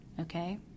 okay